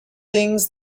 things